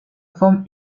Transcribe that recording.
forme